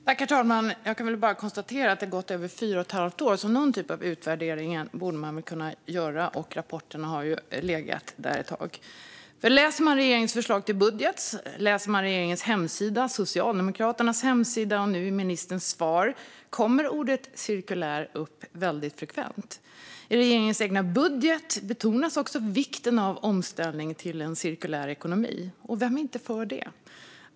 Herr talman! Det har gått över fyra och ett halvt år, så någon typ av utvärdering borde man kunna göra. Rapporten har ju funnits ett tag. I regeringens budget, på regeringens hemsida, på Socialdemokraternas hemsida och i ministerns svar används ordet "cirkulär" frekvent. I regeringens budget betonas också vikten av omställning till en cirkulär ekonomi. Ja, vem är inte för det?